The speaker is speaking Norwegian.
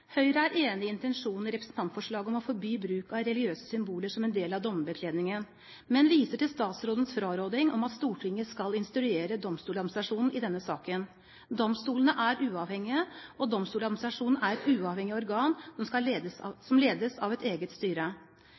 Høyre er enig i intensjonen i representantforslaget om å forby bruk av religiøse symboler som en del av dommerbekledningen, men viser til statsrådens fraråding om at Stortinget skal instruere Domstoladministrasjonen i denne saken. Domstolene er uavhengige, og Domstoladministrasjonen er et uavhengig organ som ledes av et eget styre.